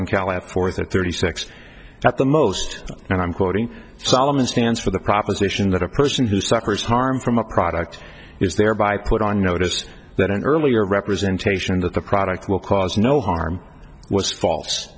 in california for thirty six at the most and i'm quoting solomon stands for the proposition that a person who suffers harm from a product is thereby put on notice that an earlier representation of the product will cause no harm was false